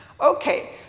Okay